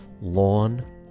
Lawn